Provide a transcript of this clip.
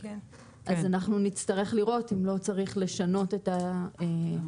אנחנו נצטרך לראות אם לא צריך לשנות את האסדרה.